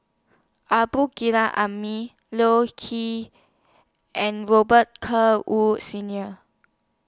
Abdul Hamid Loh Chee and Robet Carr Woods Senior